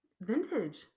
vintage